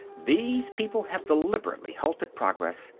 these people have deliberately halted progress,